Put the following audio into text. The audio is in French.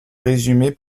résumé